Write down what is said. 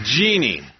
Genie